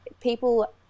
people